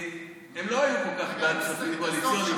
הם לא היו כל כך בעד כספים קואליציוניים,